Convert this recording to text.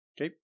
Okay